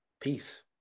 Peace